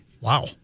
Wow